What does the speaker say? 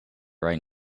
right